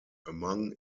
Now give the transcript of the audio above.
among